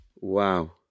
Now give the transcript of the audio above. Wow